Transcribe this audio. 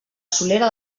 solera